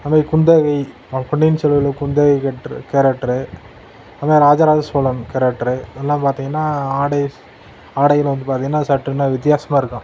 அந்த குந்தவை பொன்னியின் செல்வன்ல குந்தவை கட்டுற கேரக்டரு அதுதான் ராஜராஜசோழன் கேரக்டரு எல்லாம் பார்த்திங்கன்னா ஆடை ஸ் ஆடையில் வந்து பார்த்திங்கன்னா சற்றென வித்தியாசமாக இருக்கும்